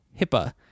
HIPAA